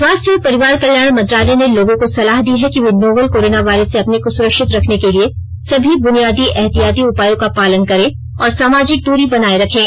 स्वास्थ्य और परिवार कल्याण मंत्रालय ने लोगों को सलाह दी है कि वे नोवल कोरोना वायरस से अपने को सुरक्षित रखने के लिए सभी बुनियादी एहतियाती उपायों का पालन करें और सामाजिक दूरी बनाए रखें